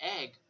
egg